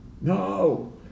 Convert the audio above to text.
No